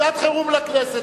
שעת חירום לכנסת.